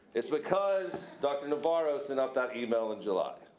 it's because dr. navarro sent out that email in july.